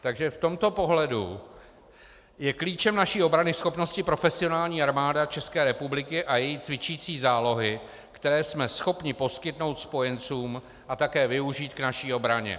Takže v tomto pohledu je klíčem naší obranyschopnosti profesionální Armáda České republiky a její cvičící zálohy, které jsme schopni poskytnout spojencům a také využít k naší obraně.